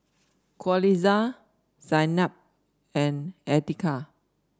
Qalisha Zaynab and Andika